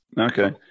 Okay